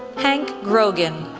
hank grogan,